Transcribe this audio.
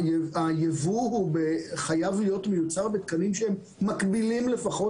הייבוא חייב להיות מיוצר בתקנים שהם מקבילים לפחות